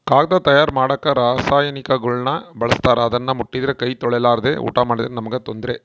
ಕಾಗದ ತಯಾರ ಮಾಡಕ ರಾಸಾಯನಿಕಗುಳ್ನ ಬಳಸ್ತಾರ ಅದನ್ನ ಮುಟ್ಟಿದ್ರೆ ಕೈ ತೊಳೆರ್ಲಾದೆ ಊಟ ಮಾಡಿದ್ರೆ ನಮ್ಗೆ ತೊಂದ್ರೆ